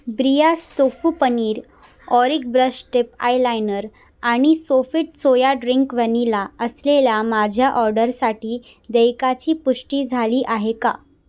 Breyers tofu paneer ऑरिग brush tape eyeliner आणि सोफेट सोया ड्रिंक वॅनिला असलेल्या माझ्या ऑर्डरसाठी देयकाची पुष्टी झाली आहे का